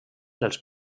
dels